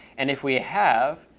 and if we have,